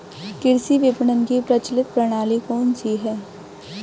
कृषि विपणन की प्रचलित प्रणाली कौन सी है?